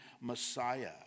Messiah